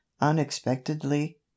unexpectedly